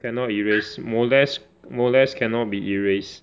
cannot erase molest molest cannot be erased